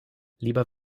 lieber